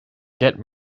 get